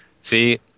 See